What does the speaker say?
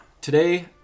Today